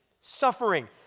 suffering